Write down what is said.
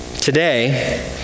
Today